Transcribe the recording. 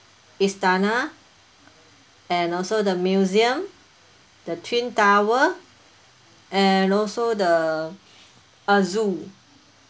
istana and also the museum the twin tower and also the uh zoo